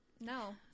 No